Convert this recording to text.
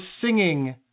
singing